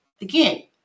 Again